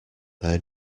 there